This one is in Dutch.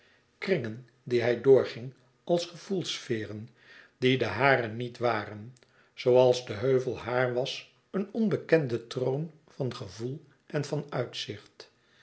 kringen die hij doorging als gevoelsferen die de hare niet waren zooals de heuvel haar was een onbekende troon van gevoel en van uitzicht